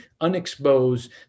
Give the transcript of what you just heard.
unexposed